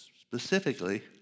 specifically